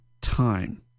time